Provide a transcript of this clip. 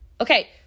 Okay